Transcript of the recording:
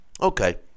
Okay